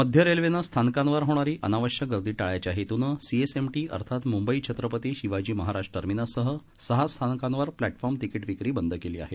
मध्य रेल्वेनं स्थानकांवर होणारी अनावश्यक गर्दी टाळायच्या हेतूनं सी एस एम टी अर्थात मुंबई छत्रपती शिवाजी महाराज टर्मिनससह सहा स्थानकांवर प्लॅटफॉर्म तिकीट विक्री बंद केली आहे